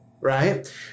right